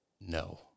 No